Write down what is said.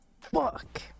Fuck